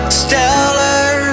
stellar